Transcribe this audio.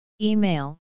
Email